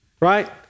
Right